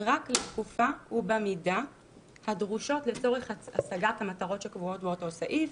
רק לתקופה ובמידה הדרושות לצורך השגת המטרות שקבועות באותו סעיף,